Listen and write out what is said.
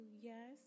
yes